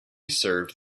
served